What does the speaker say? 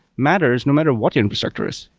matters no matter what infrastructure is,